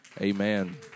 Amen